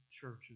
churches